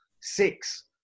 six